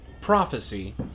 prophecy